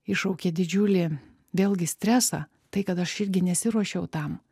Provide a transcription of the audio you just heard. iššaukė didžiulį vėlgi stresą tai kad aš irgi nesiruošiau tam